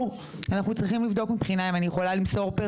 אפשר לראות איזה חומר למדו?